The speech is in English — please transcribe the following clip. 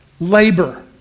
Labor